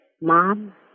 Mom